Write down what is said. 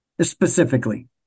specifically